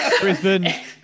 brisbane